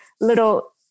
little